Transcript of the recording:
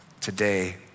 Today